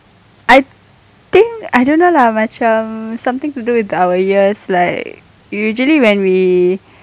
I think I don't know lah macam something to do with our ears like usually when we